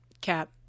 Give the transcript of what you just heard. Cap